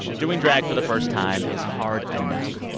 doing drag for the first time is hard enough.